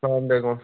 اسلام وعلیکُم